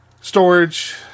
storage